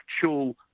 actual